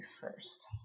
first